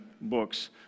books